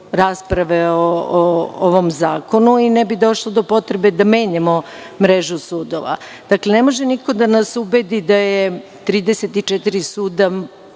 rasprave o ovom zakonu i ne bi došlo do potrebe da menjamo mrežu sudova. Dakle, ne može niko da nas ubedi da je 34 suda